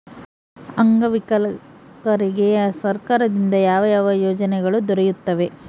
ಅಂಗವಿಕಲರಿಗೆ ಸರ್ಕಾರದಿಂದ ಯಾವ ಯಾವ ಯೋಜನೆಗಳು ದೊರೆಯುತ್ತವೆ?